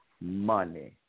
money